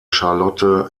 charlotte